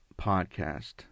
podcast